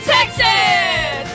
Texas